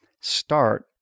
start